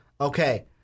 okay